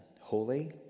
holy